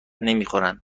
نمیخورند